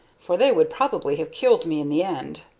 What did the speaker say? for they would probably have killed me in the end.